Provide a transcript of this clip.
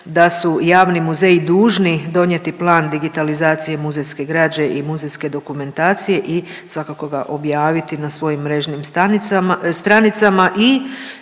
da su javni muzeji dužni donijeli Plan digitalizacije muzejske građe i muzejske dokumentacije i svakako ga objaviti na svojim mrežnim stranicama i